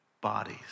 bodies